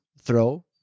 throw